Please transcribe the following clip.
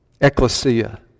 Ecclesia